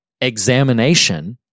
examination